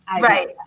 right